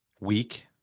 weak